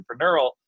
entrepreneurial